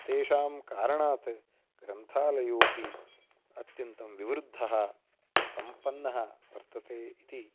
तेषां कारणात् ग्रन्थालयोपि अत्यन्तं विवृद्धः सम्पन्नः वर्तते इति